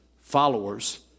followers